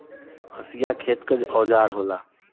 हंसिया खेती क औजार होला